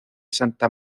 santa